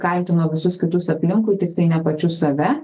kaltino visus kitus aplinkui tiktai ne pačius save